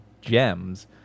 gems